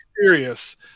serious